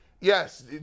Yes